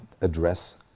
address